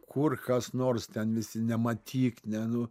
kur kas nors ten visi nematyk ne nu